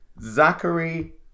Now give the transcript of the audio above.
Zachary